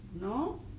no